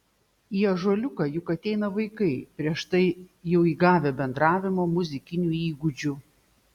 į ąžuoliuką juk ateina vaikai prieš tai jau įgavę bendravimo muzikinių įgūdžių